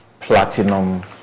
platinum